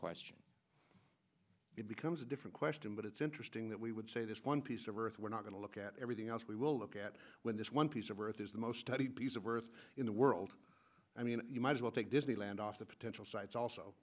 question it becomes a different question but it's interesting that we would say this one piece of earth we're not going to look at everything else we will look at when this one piece of earth is the most diverse in the world i mean you might as well take disneyland off the potential sites also